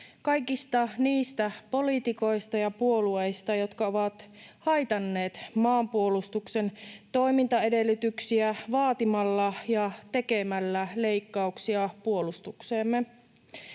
kaikista niistä poliitikoista ja puolueista, jotka ovat haitanneet maanpuolustuksen toimintaedellytyksiä vaatimalla ja tekemällä leikkauksia puolustukseemme.